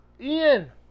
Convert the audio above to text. Ian